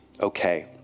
okay